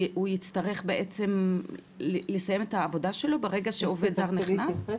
הוא יצטרך בעצם לסיים את העבודה שלו ברגע שעובד זר אחר נכנס?